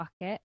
bucket